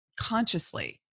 consciously